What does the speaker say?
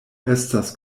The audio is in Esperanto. estas